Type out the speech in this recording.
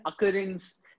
occurrence